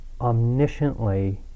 omnisciently